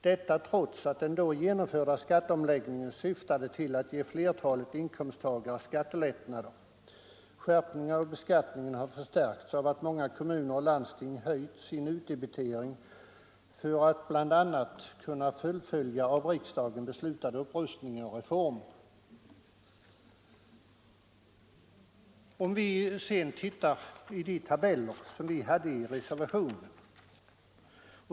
Detta trots att den då genomförda skatteomläggningen syftade till att ge flertalet inkomsttagare skattelättnader. Skärpningen av beskattningen har förstärkts av att många kommuner och landsting höjt sin utdebitering för att bl.a. kunna fullfölja av riksdagen beslutade upprustningar och reformer.” Låt oss sedan titta i de tabeller som vi hade i reservationen.